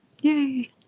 Yay